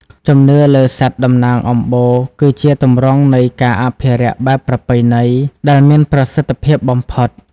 ជំនឿលើសត្វតំណាងអំបូរ គឺជាទម្រង់នៃ "ការអភិរក្សបែបប្រពៃណី" ដែលមានប្រសិទ្ធភាពបំផុត។